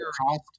cost